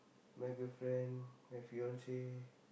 my girlfriend my fiance